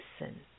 listen